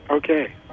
Okay